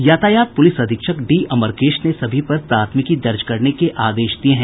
यातायात पूलिस अधीक्षक डी अमरकेश ने सभी पर प्राथमिकी दर्ज करने के आदेश दिये हैं